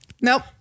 nope